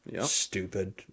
stupid